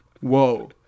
whoa